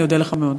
אני אודה לך מאוד.